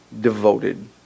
Devoted